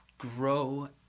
grow